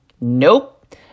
Nope